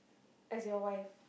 as your wife